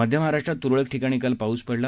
मध्य महाराष्ट्रात तुरळक ठिकाणी काल पाऊस पडला